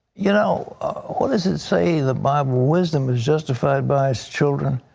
you know ah what does it say in the bible? wisdom is justified by its children.